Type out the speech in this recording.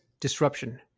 disruption